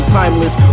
timeless